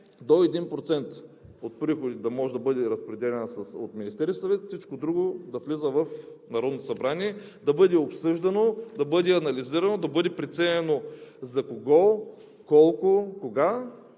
до 1% от приходите да може да бъде разпределян от Министерския съвет. Всичко друго да влиза в Народното събрание, да бъде обсъждано, да бъде анализирано, да бъде преценено за кого, колко, кога